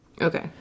Okay